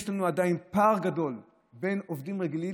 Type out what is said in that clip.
יש לנו עדיין פער גדול בין עובדים רגילים